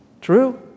True